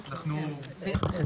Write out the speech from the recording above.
נכון,